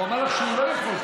והוא אמר לך שהוא לא יכול,